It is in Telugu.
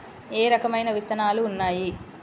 ఏ రకమైన విత్తనాలు ఉన్నాయి?